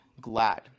glad